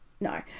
no